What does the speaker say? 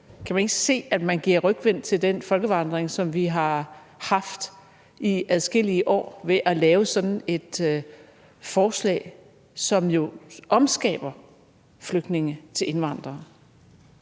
Kan man ikke se, at man giver rygvind til den folkevandring, som vi har haft i adskillige år, ved at lave sådan et forslag, som jo omskaber flygtninge til indvandrere?